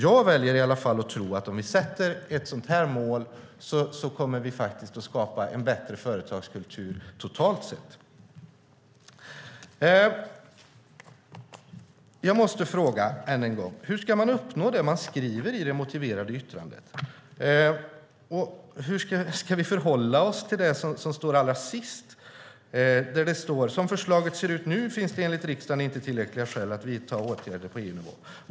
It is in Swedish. Jag väljer i alla fall att tro att om vi sätter upp ett sådant här mål så kommer vi att skapa en bättre företagskultur totalt sett. Jag måste fråga än en gång. Hur ska man uppnå det man skriver i det motiverade yttrandet? Hur ska vi förhålla oss till det som står allra sist? "Som förslaget ser ut nu finns det enligt riksdagen inte tillräckliga skäl att vidta åtgärder på EU-nivå.